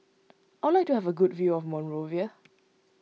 I would like to have a good view Monrovia